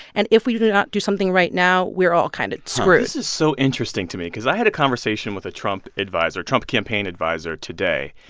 and if we do not do something right now, we're all kind of screwed this is so interesting to me cause i had a conversation with a trump adviser trump campaign adviser today,